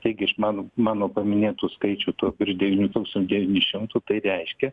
taigi iš mano mano paminėtų skaičių tų virš devynių tūkstančių devynių šimtų tai reiškia